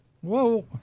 Whoa